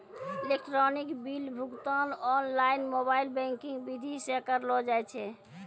electronic bill भुगतान online mobile banking विधि से करलो जाय छै